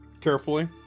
Carefully